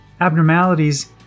abnormalities